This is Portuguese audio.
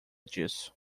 disso